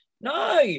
No